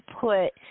put